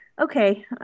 okay